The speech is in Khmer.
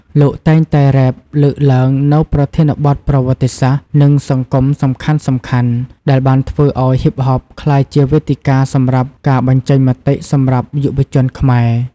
លោកតែងតែរេបលើកឡើងនូវប្រធានបទប្រវត្តិសាស្ត្រ និងសង្គមសំខាន់ៗ ដែលបានធ្វើឱ្យហ៊ីបហបក្លាយជាវេទិកាសម្រាប់ការបញ្ចេញមតិសម្រាប់យុវជនខ្មែរ។